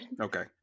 okay